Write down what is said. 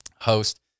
host